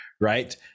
right